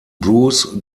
bruce